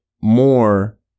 more